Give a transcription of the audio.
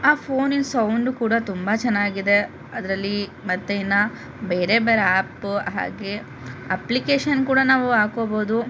ಆ ಫೋನಿನ ಸೌಂಡು ಕೂಡ ತುಂಬ ಚೆನ್ನಾಗಿದೆ ಅದರಲ್ಲಿ ಮತ್ತೆ ಇನ್ನು ಬೇರೆ ಬೇರೆ ಆ್ಯಪು ಹಾಗೆ ಅಪ್ಲಿಕೇಶನ್ ಕೂಡ ನಾವು ಹಾಕೋಬೋದು